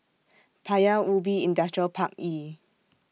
Paya Ubi Industrial Park E